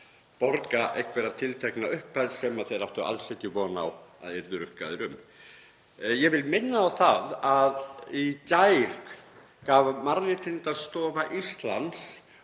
borga einhverja tiltekna upphæð sem þeir áttu alls ekki von á að yrðu rukkaðir um. Ég vil minna á það að í gær gaf Mannréttindastofu Íslands